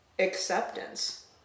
acceptance